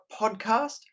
podcast